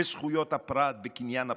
בזכויות הפרט ובקניין הפרט?